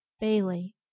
bailey